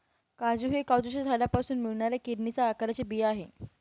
काजू हे काजूच्या झाडापासून मिळणाऱ्या किडनीच्या आकाराचे बी आहे